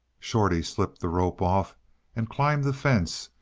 shorty slipped the rope off and climbed the fence,